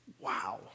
Wow